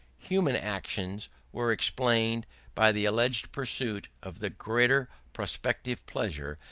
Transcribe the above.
human actions were explained by the alleged pursuit of the greater prospective pleasure,